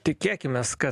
tikėkimės kad